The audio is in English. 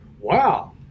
wow